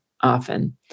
often